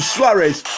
Suarez